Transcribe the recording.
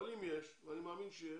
אבל אם יש, ואני מאמין שיש,